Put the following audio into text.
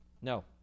No